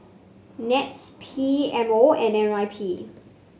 NETS P M O and N Y P